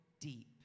deep